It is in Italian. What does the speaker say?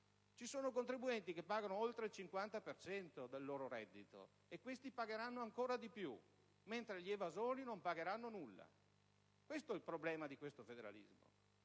Ci sono contribuenti che pagano oltre il 50 per cento del loro reddito: punti pagheranno ancora di più, mentre gli evasori non pagheranno nulla. Questo è il problema di questo federalismo.